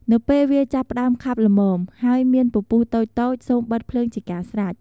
នៅពេលវាចាប់ផ្ដើមខាប់ល្មម ហើយមានពពុះតូចៗ សូមបិទភ្លើងជាការស្រេច។